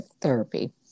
therapy